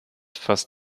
fasst